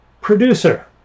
producer